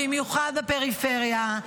במיוחד בפריפריה,